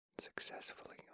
successfully